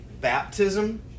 baptism